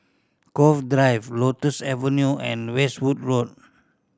Cove Drive Lotus Avenue and Westwood Road